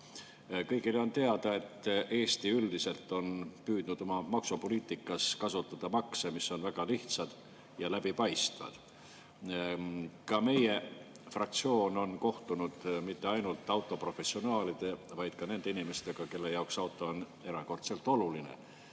Kõigile on teada, et Eesti on üldiselt püüdnud oma maksupoliitikas kasutada makse, mis on väga lihtsad ja läbipaistvad. Ka meie fraktsioon on kohtunud mitte ainult autoprofessionaalide, vaid ka nende inimestega, kelle jaoks auto on erakordselt oluline.